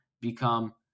become